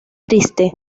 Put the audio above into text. triste